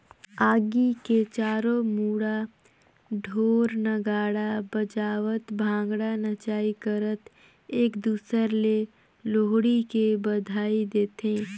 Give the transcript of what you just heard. आगी के चारों मुड़ा ढोर नगाड़ा बजावत भांगडा नाचई करत एक दूसर ले लोहड़ी के बधई देथे